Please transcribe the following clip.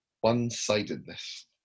one-sidedness